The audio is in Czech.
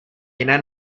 jiné